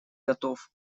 готов